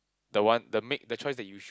the one the make the choice that you should